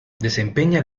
desempeña